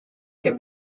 can